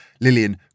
Lillian